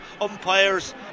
umpires